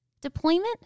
Deployment